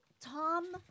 Tom